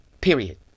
Period